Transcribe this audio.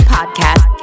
Podcast